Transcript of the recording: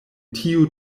tiu